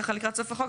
ככה לקראת סוף החוק,